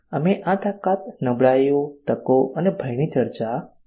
અમે આ તાકાત નબળાઈઓ તકો અને ભયની ચર્ચા કરી છે